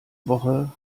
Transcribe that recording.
woche